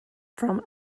from